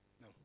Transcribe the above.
No